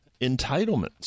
entitlements